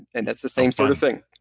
and that's the same sort of thing.